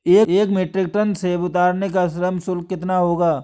एक metric tonne सेव उतारने का श्रम शुल्क कितना होगा?